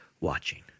watching